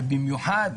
ובמיוחד,